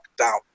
lockdown